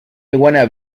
iguana